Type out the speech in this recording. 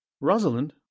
Rosalind